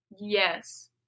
Yes